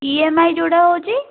E M I ଯେଉଁଟା ରହୁଛି